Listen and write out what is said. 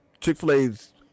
Chick-fil-A's